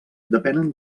depenen